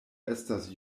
estas